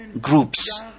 groups